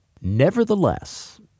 Nevertheless